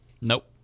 Nope